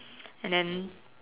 and then